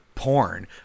porn